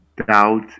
doubt